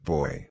Boy